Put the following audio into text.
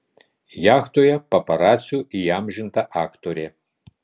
jachtoje paparacių įamžinta aktorė